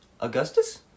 Augustus